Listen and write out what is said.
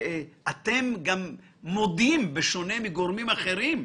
אתם גם מודים, בשונה מגורמים אחרים,